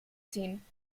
ziehen